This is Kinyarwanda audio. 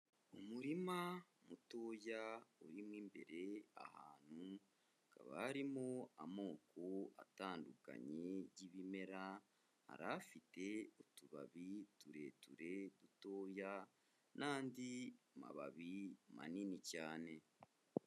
Umurima mutoya urimo imbere ahantu hakaba harimo amoko atandukanye y'ibimera, hari afite utubabi tureture dutoya n'andi mababi manini cyane.